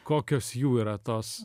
kokios jų yra tos